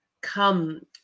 come